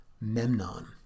Memnon